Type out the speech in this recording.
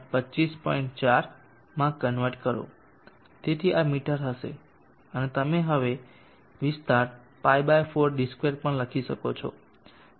4 માં કન્વર્ટ કરો તેથી આ મીટર હશે અને તમે હવે વિસ્તાર Π 4d2 પણ શોધી શકો છો